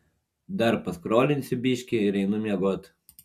dar paskrolinsiu biškį ir einu miegot